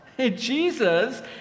Jesus